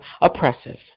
oppressive